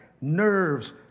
nerves